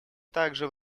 также